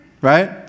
right